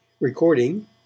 Recording